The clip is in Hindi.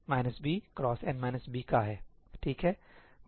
ठीक है